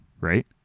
Right